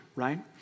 right